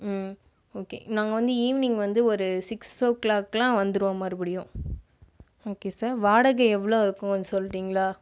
ம் ஓகே நாங்கள் வந்து ஈவினிங் ஒரு சிக்ஸ் ஓ கிளாக்லாம் வந்துடுவோம் மறுபடியும் ஓகே சார் வாடகை எவ்வளவு இருக்கும் சொல்றீங்களா